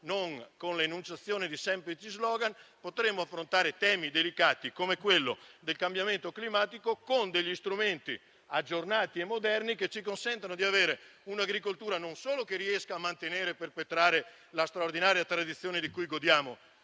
non con le enunciazioni di semplici *slogan*, potremo affrontare temi delicati, come quello del cambiamento climatico, con strumenti aggiornati e moderni, che ci consentono di avere un'agricoltura che riesca a mantenere e perpetrare la straordinaria tradizione di cui godiamo.